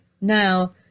Now